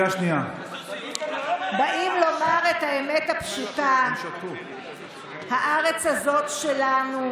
באים לומר את האמת הפשוטה: הארץ הזאת שלנו.